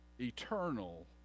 eternal